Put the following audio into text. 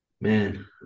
Man